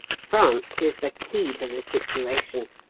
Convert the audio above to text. france is the key to the situation.